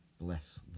bless